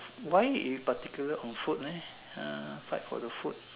why particular on food leh fight for the food